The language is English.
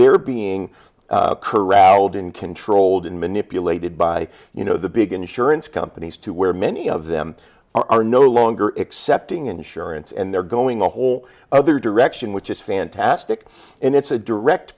they're being corralled in controlled and manipulated by you know the big insurance companies to where many of them are no longer accepting insurance and they're going the whole other direction which is fantastic and it's a direct